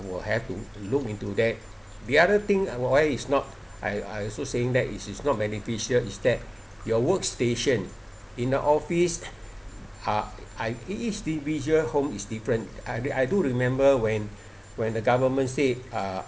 will have to look into that the other thing why is not I I also saying that is is not beneficial is that your work station in a office uh I each individual home is different I do remember when when the government say uh